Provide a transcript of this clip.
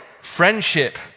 friendship